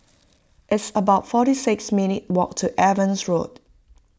it's about forty six minute walk to Evans Road